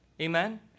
amen